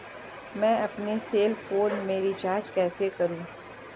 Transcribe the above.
मैं अपने cell phone में रिचार्ज कैसे करूँ?